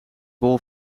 bol